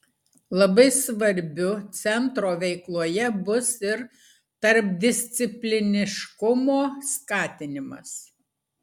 labai svarbiu centro veikloje bus ir tarpdiscipliniškumo skatinimas